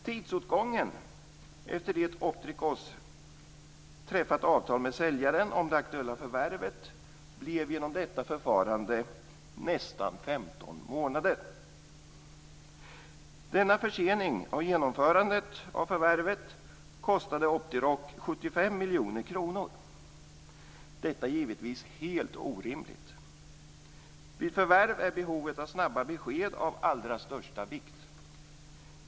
Tidsåtgången efter det att Optiroc hade träffat avtal med säljaren om det aktuella förvärvet blev genom detta förfarande nästan 15 månader. Denna försening av genomförandet av förvärvet kostade Optiroc 75 miljoner kronor. Detta är givetvis helt orimligt. Vid förvärv är behovet av snabba besked av allra största vikt.